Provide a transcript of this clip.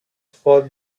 for